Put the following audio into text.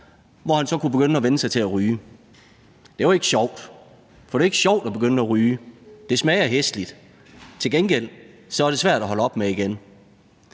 hvor han så kunne begynde at vænne sig til at ryge. Det var ikke sjovt, for det er ikke sjovt at begynde at ryge. Det smager hæsligt, men til gengæld er det svært at holde op med igen.